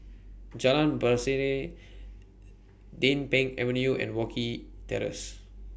Jalan Pasiran Din Pang Avenue and Wilkie Terrace